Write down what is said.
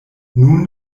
nun